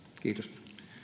kiitos